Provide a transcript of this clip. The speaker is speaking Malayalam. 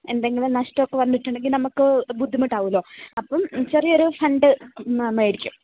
എന്തെങ്കിലും നഷ്ടമൊക്കെ വന്നിട്ടുണ്ടെങ്കിൽ നമുക്ക് ഒരു ബുദ്ധിമുട്ടാവുമല്ലോ അപ്പം ചെറിയ ഒരു ഫണ്ട് മേടിക്കും